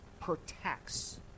protects